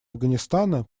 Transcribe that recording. афганистана